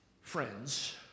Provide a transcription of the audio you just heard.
friends